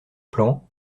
plan